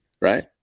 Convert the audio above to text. right